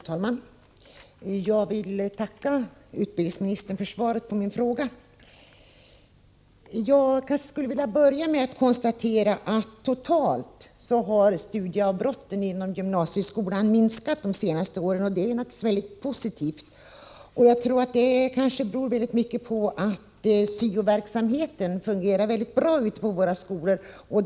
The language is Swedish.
Fru talman! Jag vill tacka utbildningsministern för svaret på min fråga. Jag vill till att börja med konstatera att antalet studieavbrott inom gymnasieskolan har minskat under de senaste åren, och det är naturligtvis mycket positivt. Minskningen beror kanske mycket på att syo-verksamheten fungerar mycket bra i våra skolor.